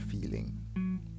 feeling